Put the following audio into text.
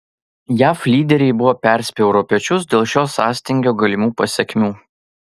jav lyderiai buvo perspėję europiečius dėl šio sąstingio galimų pasekmių